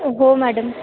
हो मॅडम